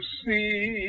see